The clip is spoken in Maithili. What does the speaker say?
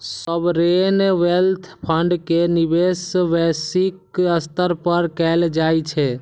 सॉवरेन वेल्थ फंड के निवेश वैश्विक स्तर पर कैल जाइ छै